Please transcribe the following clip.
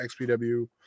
xpw